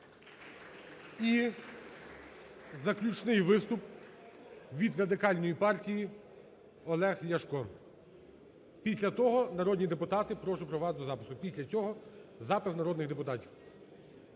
І заключний виступ. Від Радикальної партії Олег Ляшко. Після того, народні депутати, прошу приготуватись до запису, після цього – запис народних депутатів.